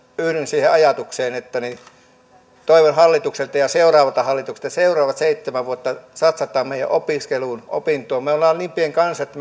yhdyn siihen ajatukseen että toivon hallitukselta ja seuraavalta hallitukselta että seuraavat seitsemän vuotta satsataan meidän opiskeluun ja opintoihin me olemme niin pieni kansa että